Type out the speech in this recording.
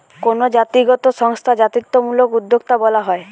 কোনো জাতিগত সংস্থা জাতিত্বমূলক উদ্যোক্তা বলা হয়